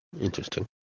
interesting